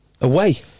Away